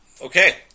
Okay